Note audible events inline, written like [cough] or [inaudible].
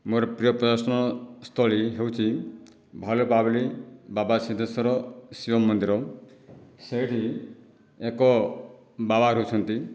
ମୋର ପ୍ରିୟ [unintelligible] ସ୍ଥଳୀ ହେଉଛି [unintelligible] ବାବା ସିଦ୍ଧେଶ୍ୱର ଶିବ ମନ୍ଦିର ସେଇଠି ଏକ ବାବା ରହୁଛନ୍ତି